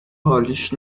حالیش